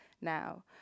now